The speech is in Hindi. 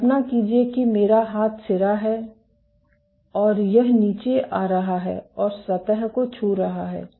कल्पना कीजिए कि मेरा हाथ सिरा है और यह नीचे आ रहा है और सतह को छू रहा है